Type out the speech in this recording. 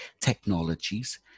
technologies